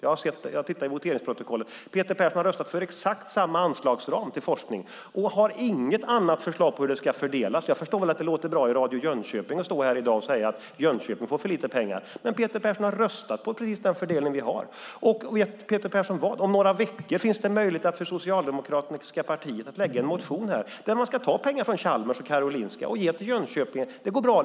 Jag har tittat i voteringsprotokollet och konstaterar att Peter Persson röstat för exakt samma anslagsram till forskning, och han har inget annat förslag på hur anslagen ska fördelas. Jag förstår att det låter bra i Radio Jönköping att stå här i dag och säga att Jönköping får för lite pengar, men Peter Persson har röstat på precis den fördelning vi har. Om några veckor finns det möjlighet för det socialdemokratiska partiet att väcka en motion där man ska ta pengar från Chalmers och Karolinska och ge till Jönköping. Det går bra.